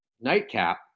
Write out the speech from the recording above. nightcap